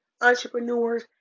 entrepreneurs